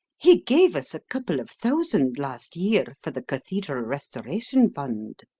he gave us a couple of thousand last year for the cathedral restoration fund.